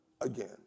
again